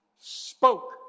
spoke